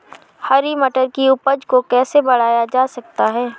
हरी मटर की उपज को कैसे बढ़ाया जा सकता है?